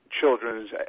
children's